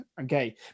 okay